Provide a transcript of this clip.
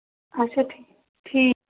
اَچھا ٹھیٖک ٹھیٖک